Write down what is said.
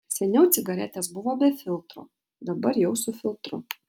seniau cigaretės buvo be filtro dabar jau su filtru